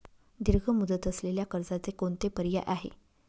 दीर्घ मुदत असलेल्या कर्जाचे कोणते पर्याय आहे?